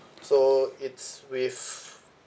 so it's with